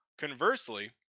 conversely